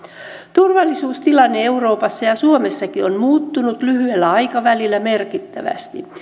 turvallisuustilanne euroopassa ja ja suomessakin on muuttunut lyhyellä aikavälillä merkittävästi